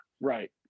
Right